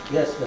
Yes